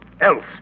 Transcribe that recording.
else